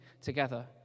together